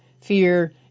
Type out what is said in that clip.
fear